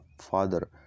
father